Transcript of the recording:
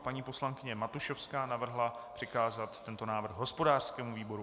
Paní poslankyně Matušovská navrhla přikázat tento návrh hospodářskému výboru.